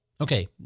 Okay